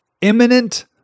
imminent